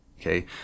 Okay